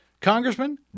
Congressman